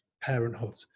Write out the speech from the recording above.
parenthood